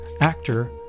actor